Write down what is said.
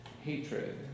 hatred